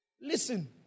Listen